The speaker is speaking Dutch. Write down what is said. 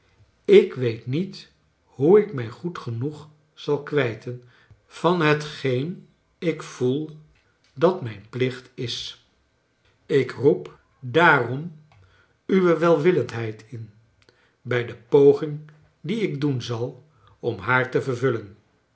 ik weet niet hoe ik mij goed genoeg zal kwijten van hetgeen ik voel dat mijn plicht is charles dickens ik roep daarom uwe welwillendheid in bij de poging die ik doen zal om haar te vervullen